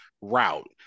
route